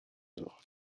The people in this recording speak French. heures